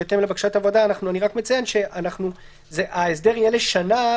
בהתאם לבקשת הוועדה אני רק מציין שההסדר יהיה לשנה.